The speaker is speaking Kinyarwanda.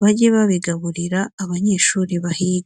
bajye babigaburira abanyeshuri bahiga.